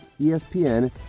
ESPN